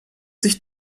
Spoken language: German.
sich